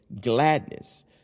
gladness